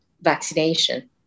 vaccination